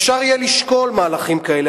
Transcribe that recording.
אפשר יהיה לשקול מהלכים כאלה,